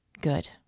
Good